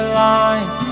line